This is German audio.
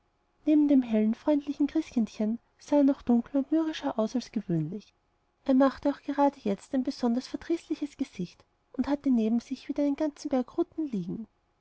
neben dem hellen freundlichen christkindchen sah er noch dunkler und mürrischer aus als gewöhnlich er machte auch grade jetzt ein besonders verdrießliches gesicht und hatte neben sich wieder einen ganzen berg von ruten liegen